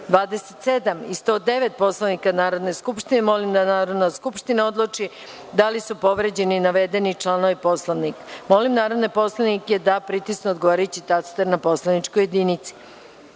27. i 109. Poslovnika Narodne skupštine. Molim da Narodna skupština odluči da li je povređen navedeni član Poslovnika. Molim narodne poslanike da pritisnu odgovarajući taster na poslaničkoj